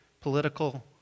political